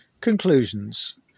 Conclusions